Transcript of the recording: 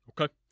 Okay